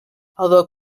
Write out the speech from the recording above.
although